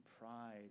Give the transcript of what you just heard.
pride